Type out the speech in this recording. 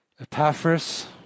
Epaphras